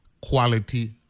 quality